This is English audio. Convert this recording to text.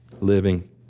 living